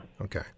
Okay